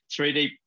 3d